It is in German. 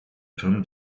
turm